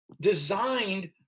designed